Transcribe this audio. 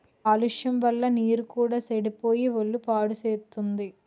కాలుష్యం వల్ల నీరు కూడా సెడిపోయి ఒళ్ళు పాడుసేత్తుంది